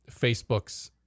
Facebook's